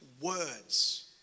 words